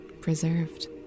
preserved